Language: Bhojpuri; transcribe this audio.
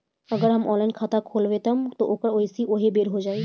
अगर हम ऑनलाइन खाता खोलबायेम त के.वाइ.सी ओहि बेर हो जाई